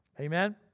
Amen